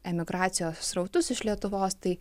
emigracijos srautus iš lietuvos tai